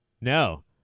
no